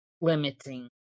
limiting